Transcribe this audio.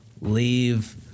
leave